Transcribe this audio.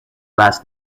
less